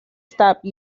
stopped